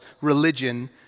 religion